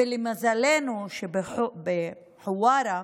ומזלנו שבחווארה